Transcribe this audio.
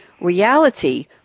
reality